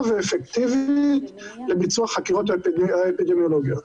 ואפקטיבית לביצוע החקירות האפידמיולוגיות.